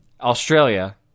Australia